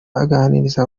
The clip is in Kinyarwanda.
aganiriza